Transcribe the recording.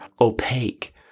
opaque